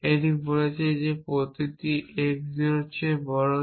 এবং এটি বলছে যে প্রতিটি x 0 এর চেয়ে বড়